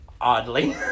oddly